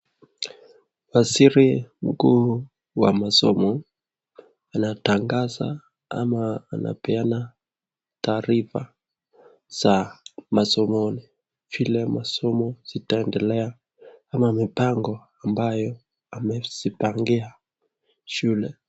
Waziri mkuu wa masomo anatangaza ama anapeana taarifa za masomi vile masomo zitaendelea ama mipango ambayo amezipangia shule.